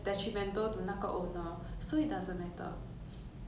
moral justification bad